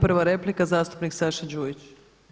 Prva replika zastupnik Saša Đujić.